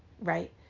right